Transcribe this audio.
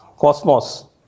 cosmos